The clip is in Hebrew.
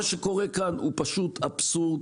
מה שקורה כאן הוא פשוט אבסורד,